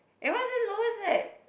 eh why's it lowest mag